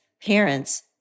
parents